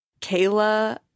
Kayla